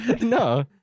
No